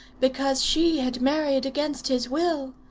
because she had married against his will.